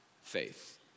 faith